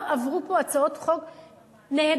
לא עברו פה הצעות חוק נהדרות,